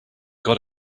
got